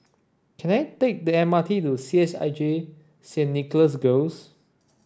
can I take the M R T to C H I J Saint Nicholas Girls